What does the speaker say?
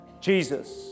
Jesus